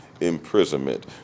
imprisonment